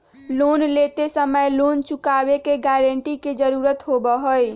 loan लेते समय loan चुकावे के गारंटी के जरुरत होबा हई